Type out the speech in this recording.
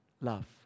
Love